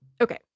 okay